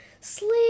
Sleep